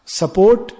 support